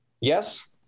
Yes